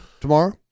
tomorrow